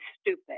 stupid